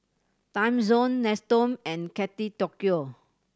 Timezone Nestum and Kate Tokyo